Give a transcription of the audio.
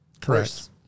Correct